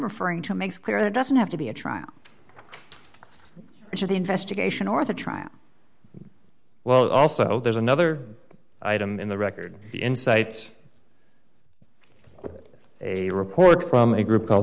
referring to makes clear it doesn't have to be a trial should the investigation or the trial well also there's another item in the record the insights a report from a group called